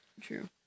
True